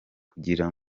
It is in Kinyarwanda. kugira